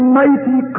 mighty